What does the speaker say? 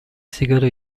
sigara